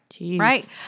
Right